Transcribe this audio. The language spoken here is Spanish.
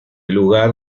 lugar